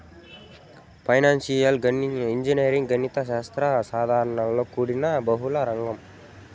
financial engineering గణిత శాస్త్ర సాధనలతో కూడిన బహుళ రంగం